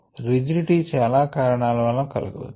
rigidity చాలా కారణాల వలన కలుగవచ్చు